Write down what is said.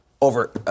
over